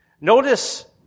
Notice